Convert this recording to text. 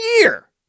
year